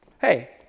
hey